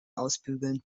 ausbügeln